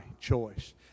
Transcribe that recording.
choice